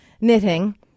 knitting